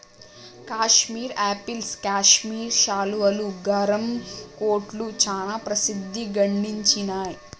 Kashmir apples Kashmir శాలువాలు, గరం కోట్లు చానా ప్రసిద్ధి గడించినాయ్